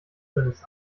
dünnes